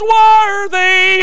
worthy